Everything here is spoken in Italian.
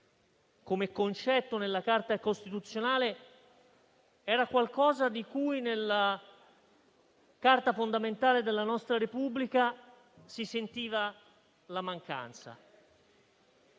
come concetto nella carta costituzionale, era qualcosa di cui nella carta fondamentale della nostra Repubblica si sentiva la mancanza.